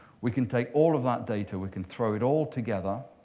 we can take all of that data. we can throw it all together.